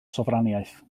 sofraniaeth